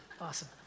Awesome